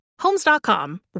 Homes.com